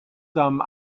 some